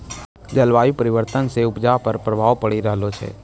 जलवायु परिवर्तन से उपजा पर प्रभाव पड़ी रहलो छै